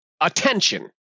attention